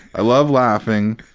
i love laughing,